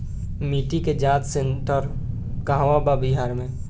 मिटी के जाच सेन्टर कहवा बा बिहार में?